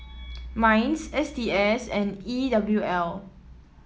Minds S T S and E W L